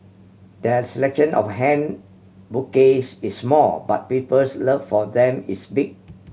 their selection of hand bouquets is small but people's love for them is big